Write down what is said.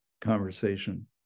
conversation